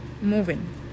moving